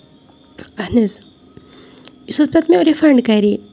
اَہن حظ یُس حظ پَتہٕ مےٚ رِفنڈ کَرے